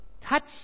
touch